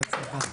מזל טוב.